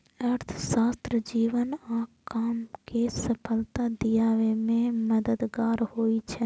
अर्थशास्त्र जीवन आ काम कें सफलता दियाबे मे मददगार होइ छै